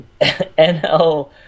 NL